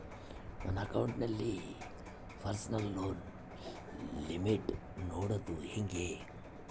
ನನ್ನ ಅಕೌಂಟಿನಲ್ಲಿ personal loan limit ನೋಡದು ಹೆಂಗೆ?